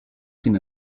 sin